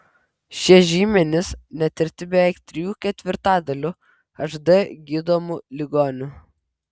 šie žymenys netirti beveik trijų ketvirtadalių hd gydomų ligonių